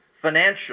financial